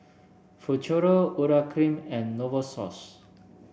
Futuro Urea Cream and Novosource